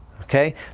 Okay